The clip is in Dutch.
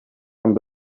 hem